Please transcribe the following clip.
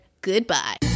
Goodbye